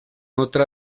otra